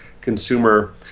consumer